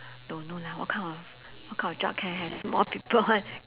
don't know leh what kind of what kind of job can have small people [one]